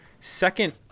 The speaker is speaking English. second